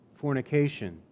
fornication